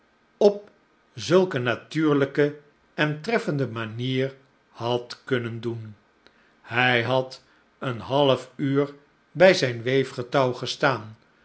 op zulk eene natuurlijke en treffende manier had kunnen doen hij had een half uur bij zijn weefgetouw gestaan